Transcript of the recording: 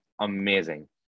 amazing